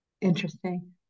Interesting